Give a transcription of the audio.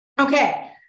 Okay